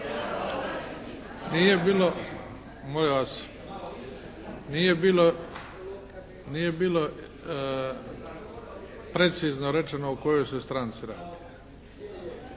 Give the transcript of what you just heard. Nije bilo preciznom rečeno o kojoj se stranci radi